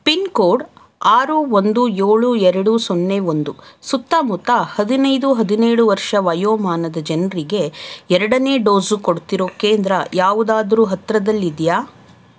pin code ಆರು ಒಂದು ಏಳು ಎರಡು ಸೊನ್ನೆ ಒಂದು ಸುತ್ತಮುತ್ತ ಹದಿನೈದು ಹದಿನೇಳು ವರ್ಷ ವಯೋಮಾನದ ಜನರಿಗೆ ಎರಡನೇ ಡೋಸು ಕೊಡ್ತಿರೋ ಕೇಂದ್ರ ಯಾವುದಾದರೂ ಹತ್ತಿರದಲ್ಲಿದೆಯಾ